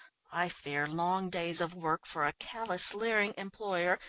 i fear long days of work for a callous, leering employer,